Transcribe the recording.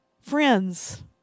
friends